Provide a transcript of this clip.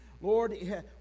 Lord